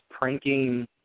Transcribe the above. pranking